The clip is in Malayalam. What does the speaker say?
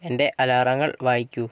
എന്റെ അലാറങ്ങൾ വായിക്കൂ